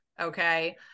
Okay